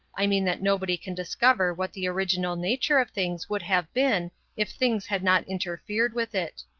i mean that nobody can discover what the original nature of things would have been if things had not interfered with it.